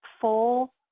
full